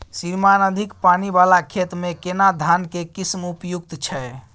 श्रीमान अधिक पानी वाला खेत में केना धान के किस्म उपयुक्त छैय?